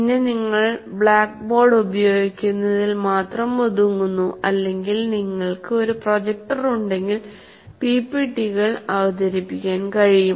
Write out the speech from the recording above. പിന്നെ നിങ്ങൾ ബ്ലാക്ക്ബോർഡ് ഉപയോഗിക്കുന്നതിൽ മാത്രം ഒതുങ്ങുന്നു അല്ലെങ്കിൽ നിങ്ങൾക്ക് ഒരു പ്രൊജക്ടർ ഉണ്ടെങ്കിൽ പിപിടികൾ അവതരിപ്പിക്കാൻ കഴിയും